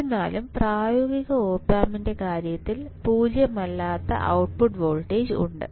എന്നിരുന്നാലും പ്രായോഗിക ഒപ് ആമ്പിന്റെ കാര്യത്തിൽ പൂജ്യമല്ലാത്ത ഔട്ട്പുട്ട് വോൾട്ടേജ് ഉണ്ട്